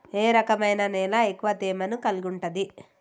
ఏ రకమైన నేల ఎక్కువ తేమను కలిగుంటది?